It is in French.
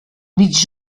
mick